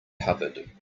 covered